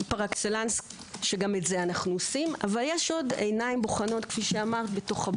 אקסלנס שגם את זה אנחנו עושים אבל יש עוד עיניים בוחנות בבית.